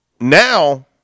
Now